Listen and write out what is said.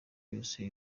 yose